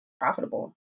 profitable